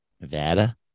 Nevada